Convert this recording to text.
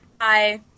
Hi